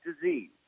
disease